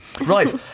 Right